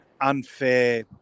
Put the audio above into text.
unfair